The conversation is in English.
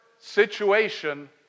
situation